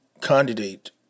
candidate